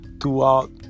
throughout